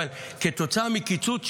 אבל כתוצאה מקיצוץ,